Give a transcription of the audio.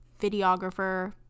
videographer